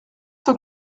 cent